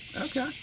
Okay